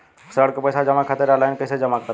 ऋण के पैसा जमा करें खातिर ऑनलाइन कइसे जमा करम?